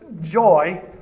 joy